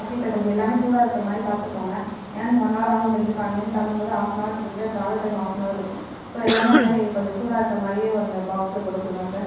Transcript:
okay sir கொஞ்சம் எல்லாமே சூடாக இருக்கிற மாதிரி பார்த்துக்கோங்க ஏன்னால் நீங்கள் ஒன் அவர் ஆகுங்கிறீங்க இப்போ அங்கே இருந்து கிளம்பும் போது ஹாஃப் நவர் கிட்ட தட்ட டிராவல் டைம் ஹாஃப் நவர் இருக்கும் ஸோ எல்லாமே அது மாதிரி கொஞ்சம் சூடாக இருக்கிற மாதிரியே வந்து பாக்ஸில் போட்டு கொடுங்க சார்